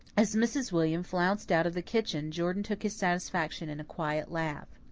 as mrs. william flounced out of the kitchen, jordan took his satisfaction in a quiet laugh.